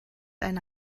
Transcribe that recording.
eine